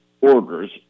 orders